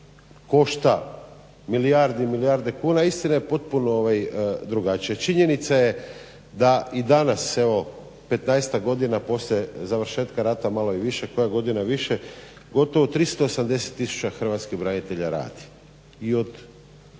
koša milijarde i milijarde kuna. Istina je potpuno drugačija. Činjenica je da i danas evo 15.-tak godina poslije završetka rata, malo i više, koja godina više, gotovo 380 tisuća hrvatskih branitelja radi i od